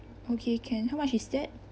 okay can how much is that